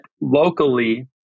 locally